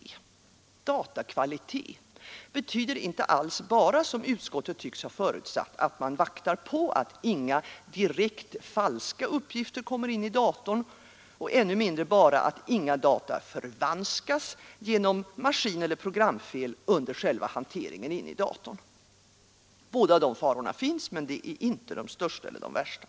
Ordet datakvalitet betyder inte alls bara — som utskottet tycks ha förutsatt — att man vaktar på att inga direkt falska uppgifter kommer in i datorn, och ännu mindre enbart att inga data förvanskas genom maskineller programfel under själva hanteringen inne i datorn. Båda dessa faror existerar, men de är inte de största eller de värsta.